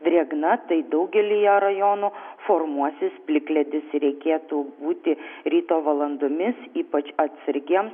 drėgna tai daugelyje rajonų formuosis plikledis reikėtų būti ryto valandomis ypač atsargiem